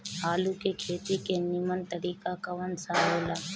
आलू के खेती के नीमन तरीका कवन सा हो ला?